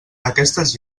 aquestes